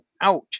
out